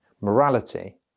morality